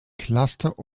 cluster